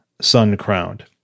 Sun-Crowned